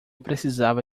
precisava